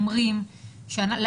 אני לא חושבת אחרת.